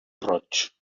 roig